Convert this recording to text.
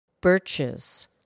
Birches